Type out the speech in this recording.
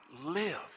live